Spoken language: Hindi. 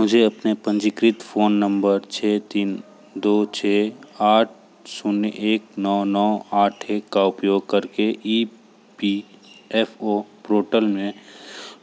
मुझे अपने पंजीकृत फ़ोन नंबर छः तीन दो छः आठ शून्य एक नौ नौ आठ एक का उपयोग करके E P F O portal में